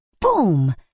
boom